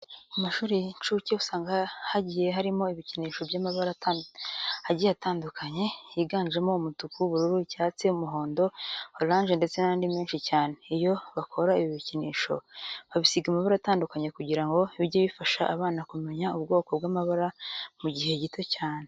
Mu mashuri y'inshuke usanga hagiye harimo ibikinisho by'amabara agiye atandukanye yiganjemo umutuku, ubururu, icyatsi, umuhondo, oranje ndetse n'andi menshi cyane. Iyo bakora ibi bikinisho babisiga amabara atandukanye kugira ngo bijye bifasha abana kumenya ubwoko bw'amabara mu gihe gito cyane.